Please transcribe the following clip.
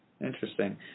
Interesting